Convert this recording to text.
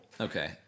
Okay